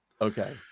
okay